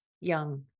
young